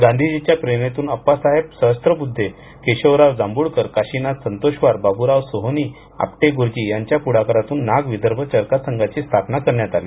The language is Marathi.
गांधींजींच्या प्रेरणेतून अण्णासाहेब सहस्त्रबुध्दे केशवराव जांभुळकर काशिनाथ संतोषवार बाबुराव सोहनी आपटे गुरुजी यांच्या पुढाकारातून नाग विदर्भ चरखा संघाची स्थापना करण्यात आली